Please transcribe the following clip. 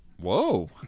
Whoa